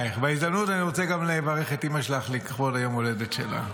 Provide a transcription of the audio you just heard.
בהזדמנות אני רוצה גם לברך את אימא שלך לכבוד יום ההולדת שלה.